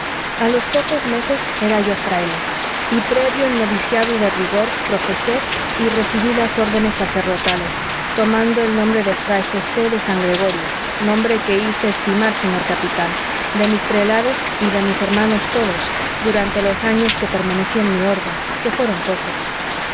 a los pocos meses era yo fraile y previo el noviciado de rigor profesé y recibí las órdenes sacerdotales tomando el nombre de fray josé de san gregorio nombre que hice estimar señor capitán de mis prelados y de mis hermanos todos durante los años que permanecí en mi orden que fueron pocos